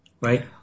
right